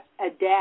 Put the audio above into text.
adapt